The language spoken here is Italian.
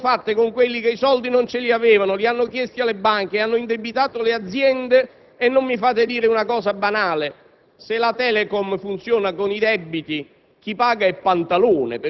accade in Italia che abbiamo fatto le privatizzazioni, ma le abbiamo fatte con quelli che i soldi non ce li avevano, li hanno chiesti alle banche, hanno indebitato le aziende»; e non mi fate dire una cosa banale: